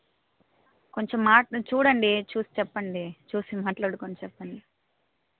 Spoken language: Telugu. కొంచం మా చూడండి చూసి చెప్పండి చూసి మాట్లాడుకుని చెప్పండి